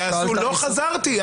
לא חזרתי.